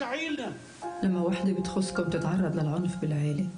מה אתם מתכננים ל-2022 מבחינת תכנית החומש?